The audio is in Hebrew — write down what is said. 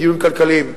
דיונים כלכליים.